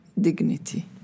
dignity